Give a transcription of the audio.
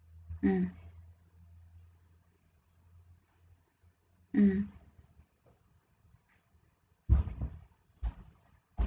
mm mm